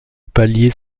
pallier